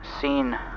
seen